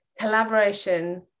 collaboration